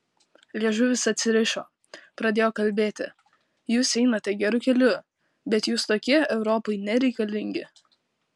liežuvis atsirišo pradėjo kalbėti jūs einate geru keliu bet jūs tokie europai nereikalingi